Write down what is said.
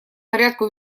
порядку